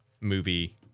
movie